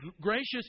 gracious